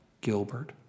Gilbert